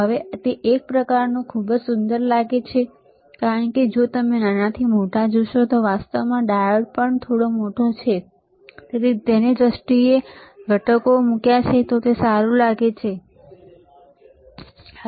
હવે તે એક પ્રકારનું છે તે ખૂબ જ સુંદર લાગે છે કારણ કે જો તમે નાનાથી મોટા જોશો તો વાસ્તવમાં ડાયોડ પણ થોડો મોટો છે તે દ્રષ્ટિએ તેણે ઘટકો મૂક્યા છે તે સારું લાગે છે બરાબર